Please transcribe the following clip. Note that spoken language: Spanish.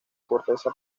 corteza